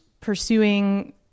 pursuing